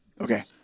Okay